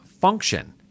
function